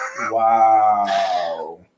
wow